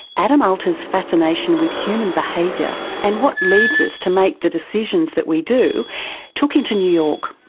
adam alter's fascination with human behaviour and what leads us to make the decisions that we do took him to new york.